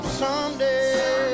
someday